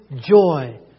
Joy